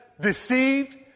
deceived